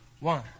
One